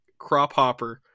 Crophopper